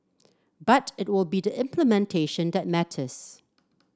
but it will be the implementation that matters